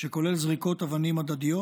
שכולל זריקות אבנים הדדיות.